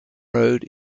road